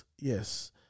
Yes